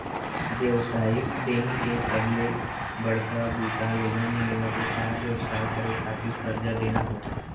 बेवसायिक बेंक के सबले बड़का बूता लोगन मन ल बेपार बेवसाय करे खातिर करजा देना होथे